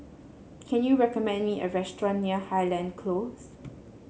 can you recommend me a restaurant near Highland Close